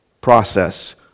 process